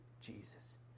Jesus